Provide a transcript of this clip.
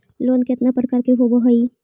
Loan केतना प्रकार के होव हइ?